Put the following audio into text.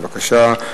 בבקשה,